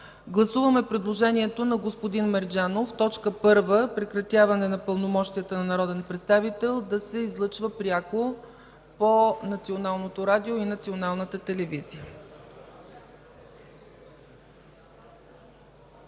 Гласуваме предложението на господин Мерджанов точка първа – прекратяване на пълномощията на народен представител, да се излъчва пряко по Националното радио и Националната телевизия.